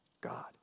God